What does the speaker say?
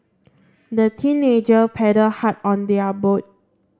the teenager paddle hard on their boat